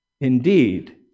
indeed